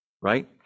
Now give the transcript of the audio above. right